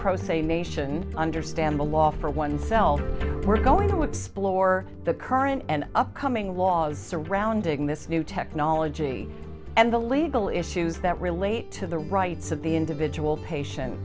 pro se nation understand the law for oneself we're going to explore the current and upcoming laws surrounding this new technology and the legal issues that relate to the rights of the individual patient